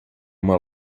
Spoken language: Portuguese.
uma